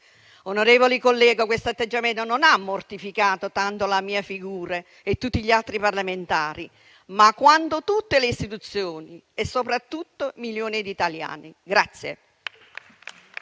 Onorevoli colleghi, questo atteggiamento non ha mortificato tanto la mia figura e quella di tutti gli altri parlamentari, quanto tutte le istituzioni e, soprattutto, milioni di italiani.